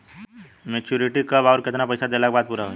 Maturity कब आउर केतना पईसा देहला के बाद पूरा होई?